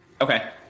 Okay